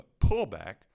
pullback